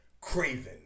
Craven